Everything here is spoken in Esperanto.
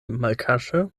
malkaŝe